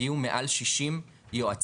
הגיעו מעל 60 יועצים,